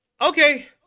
okay